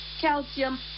calcium